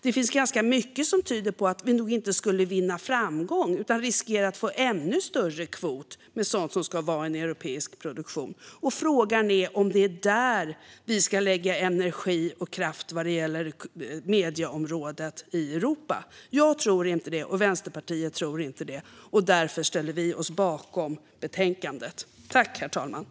Det finns ganska mycket som tyder på att vi nog inte skulle ha framgång utan att vi riskerar att få en ännu större kvot för europeisk produktion. Frågan är om det är där vi ska lägga energi och kraft vad gäller medieområdet i Europa. Jag och Vänsterpartiet tror inte det. Därför ställer vi oss bakom utskottets förslag i betänkandet.